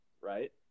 Right